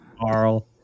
Carl